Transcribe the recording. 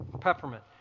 Peppermint